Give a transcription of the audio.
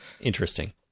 Interesting